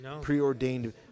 preordained